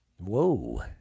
Whoa